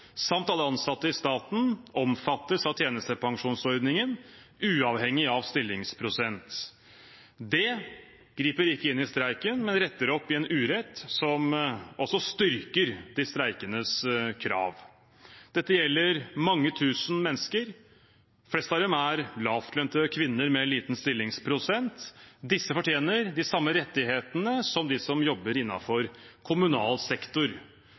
samt alle ansatte i staten omfattes av tjenestepensjonsordningen uavhengig av stillingsprosent.» Det griper ikke inn i streiken, men retter opp i en urett som også styrker de streikendes krav. Dette gjelder mange tusen mennesker. De fleste av dem er lavtlønte kvinner med liten stillingsprosent. Disse fortjener de samme rettighetene som de som jobber innenfor kommunal sektor.